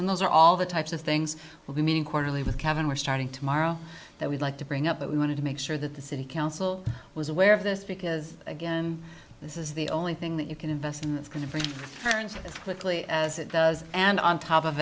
and those are all the types of things we'll be meeting quarterly with kevin we're starting tomorrow that we'd like to bring up that we wanted to make sure that the city council was aware of this because again this is the only thing that you can invest in that's going to bring turns quickly as it does and on top of